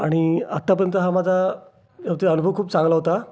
आणि आत्तापर्यंतचा हा माझा ते अनुभव खूप चांगला होता